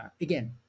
again